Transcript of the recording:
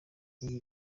iyi